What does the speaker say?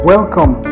Welcome